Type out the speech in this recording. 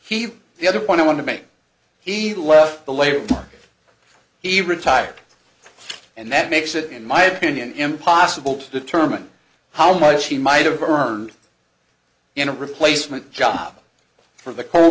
he the other point i want to make he left the labor he retired and that makes it in my opinion impossible to determine how much he might have earned in a replacement job for the coal